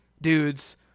dudes